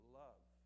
love